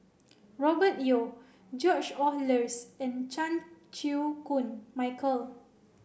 Robert Yeo George Oehlers and Chan Chew Koon Michael